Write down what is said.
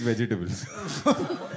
vegetables